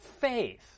faith